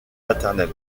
maternel